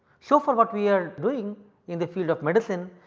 so, far what we are doing in the field of medicine,